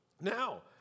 Now